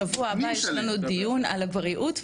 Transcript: בשבוע הבא יש לנו דיון על הבריאות,